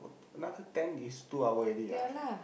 another ten is two hour already ah